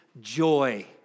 joy